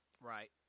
Right